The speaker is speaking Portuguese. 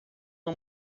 uma